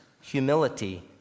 humility